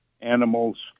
animals